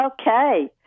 Okay